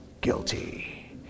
guilty